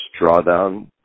drawdown